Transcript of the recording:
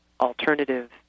alternative